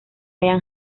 ryan